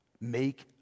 make